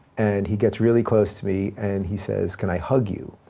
and he gets really close to me, and he says, can i hug you?